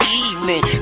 evening